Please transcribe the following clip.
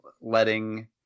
letting